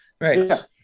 Right